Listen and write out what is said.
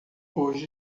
hoje